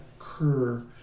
occur